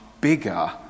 bigger